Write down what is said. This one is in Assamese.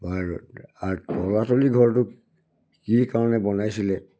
আৰু তলাতল ঘৰটো কি কাৰণে বনাইছিলে